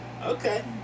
Okay